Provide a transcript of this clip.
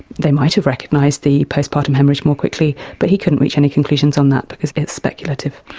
they might've recognised the postpartum haemorrhage more quickly, but he couldn't reach any conclusions on that, because it's speculative.